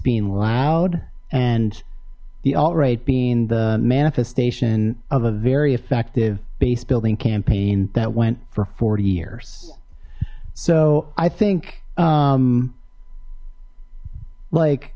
being loud and the alt right being the manifestation of a very effective base building campaign that went for forty years so i think like